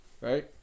Right